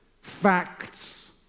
facts